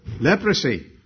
leprosy